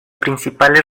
principales